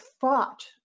fought